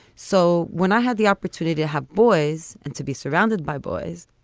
so when i had the opportunity to have boys and to be surrounded by boys,